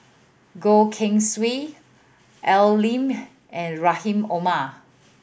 Goh Keng Swee Al Lim and Rahim Omar